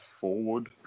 forward